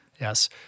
Yes